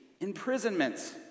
imprisonments